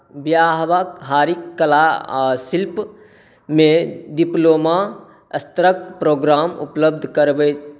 व्यावकहारिक कला आ शिल्पमे डिप्लोमा स्तरक प्रोग्राम उपलब्ध करबैत